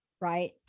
right